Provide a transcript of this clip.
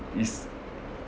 is